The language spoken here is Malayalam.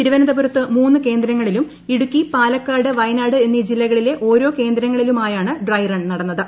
തിരുവനന്തപുരത്ത് മൂന്ന് ക്ലേങ്ങളിലും ഇടുക്കി പാലക്കാട് വയനാട് എന്നീ ജില്ലകളിലെ ഓരോ കേന്ദ്രങ്ങളിലുമായാണ് ഡ്രൈ റൺ നടന്നത്